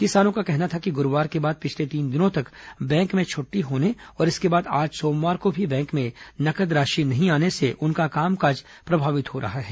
किसानों का कहना था कि गुरूवार के बाद पिछले तीन दिनों तक बैंक में छुट्टी होने और इसके बाद आज सोमवार को भी बैंक में नकद राशि नहीं आने से उनका कामकाज प्रभावित हो रहा है